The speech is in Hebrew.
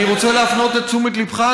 אני רוצה להפנות את תשומת לבך,